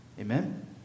Amen